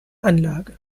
anlage